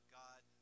god